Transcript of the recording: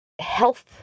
health